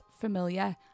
familiar